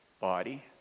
body